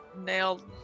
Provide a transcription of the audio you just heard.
nailed